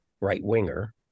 right-winger